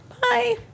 Bye